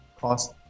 cost